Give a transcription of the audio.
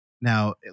Now